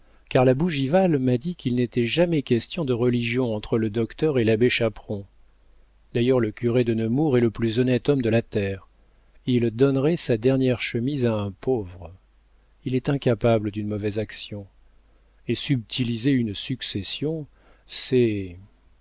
car la bougival m'a dit qu'il n'était jamais question de religion entre le docteur et l'abbé chaperon d'ailleurs le curé de nemours est le plus honnête homme de la terre il donnerait sa dernière chemise à un pauvre il est incapable d'une mauvaise action et subtiliser une succession c'est